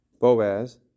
Boaz